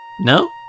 No